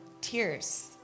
tears